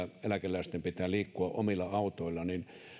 eläkeläisten vielä pitää liikkua omilla autoillaan